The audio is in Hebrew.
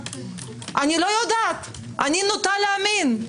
אני נוטה להאמין,